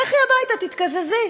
לכי הביתה, תתקזזי,